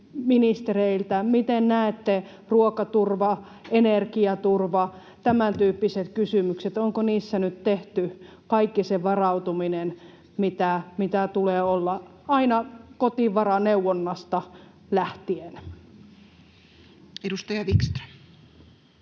Miten näette ruokaturvan, energiaturvan, tämäntyyppiset kysymykset? Onko niissä nyt tehty kaikki se varautuminen, mitä tulee olla aina kotivaraneuvonnasta lähtien? Edustaja Wickström.